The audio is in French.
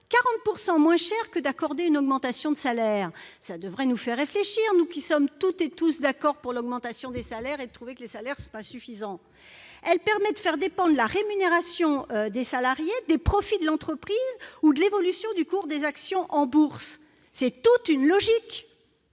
40 % moins cher qu'une augmentation de salaire. Cela devrait nous faire réfléchir, nous qui sommes toutes et tous d'accord pour l'augmentation des salaires, lesquels nous semblent insuffisants. L'épargne salariale fait dépendre la rémunération des salariés des profits de l'entreprise ou de l'évolution du cours des actions en bourse. C'est cette logique